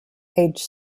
aged